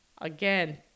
Again